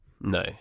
No